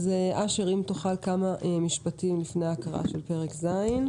אשר, אם תוכל כמה משפטים לפני ההקראה של פרק ז'.